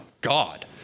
God